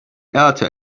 alter